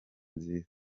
nziza